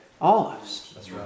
olives